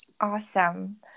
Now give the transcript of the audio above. awesome